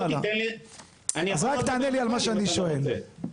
אני לא ראיתי שום דבר מה שיש לך עכשיו על השולחן,